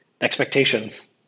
expectations